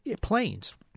planes